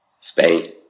Spain